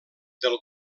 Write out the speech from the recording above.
del